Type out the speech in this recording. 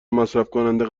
مصرفکننده